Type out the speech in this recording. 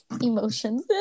Emotions